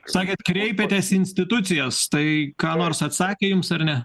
sakėt kreipėtės į institucijas tai ką nors atsakė jums ar ne